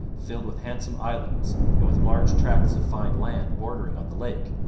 filled with handsome islands and with large tracts of fine land bordering on the lake,